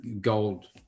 gold